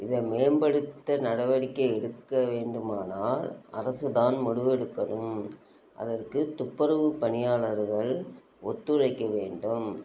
இதை மேம்படுத்த நடவடிக்கை எடுக்க வேண்டுமானால் அரசு தான் முடிவெடுக்கணும் அதற்கு துப்புரவு பணியாளர்கள் ஒத்துழைக்க வேண்டும்